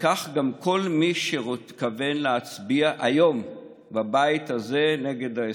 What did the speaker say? וכך גם כל מי שמתכוון להצביע היום בבית הזה נגד ההסכם.